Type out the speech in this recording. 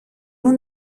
μου